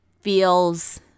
feels